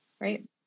right